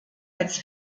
als